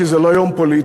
כי זה לא יום פוליטי,